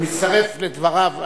אני מצטרף לדבריו.